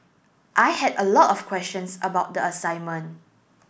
I had a lot of questions about the assignment